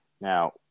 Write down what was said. Now